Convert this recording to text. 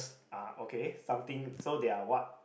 ah okay something so they are what